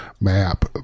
map